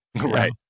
right